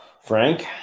Frank